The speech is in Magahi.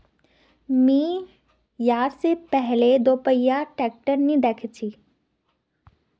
मी या से पहले दोपहिया ट्रैक्टर नी देखे छी